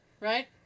right